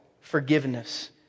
forgiveness